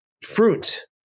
fruit